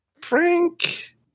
Frank